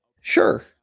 Sure